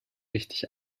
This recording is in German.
richtig